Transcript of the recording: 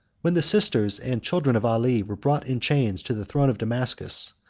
when the sisters and children of ali were brought in chains to the throne of damascus,